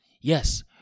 Yes